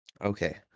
Okay